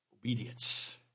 obedience